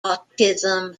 autism